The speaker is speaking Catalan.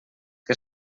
que